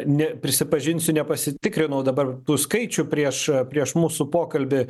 ne prisipažinsiu nepasitikrinau dabar tų skaičių prieš prieš mūsų pokalbį